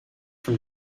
from